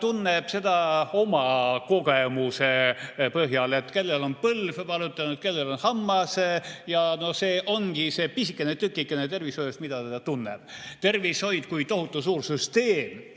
tunneb seda oma kogemuse põhjal – kellel on põlv valutanud, kellel hammas –, ja see ongi see pisikene tükikene tervishoiust, mida ta tunneb. Tervishoid kui tohutu suur süsteem